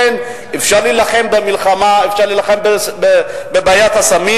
אפשר להילחם במלחמה, אפשר להילחם בבעיית הסמים.